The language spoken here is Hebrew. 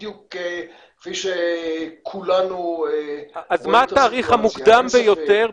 בדיוק כפי שכולנו רואים את --- אז מה התאריך המוקדם ביותר,